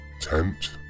tent